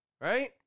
Right